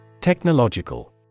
Technological